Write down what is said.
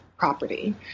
Property